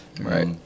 right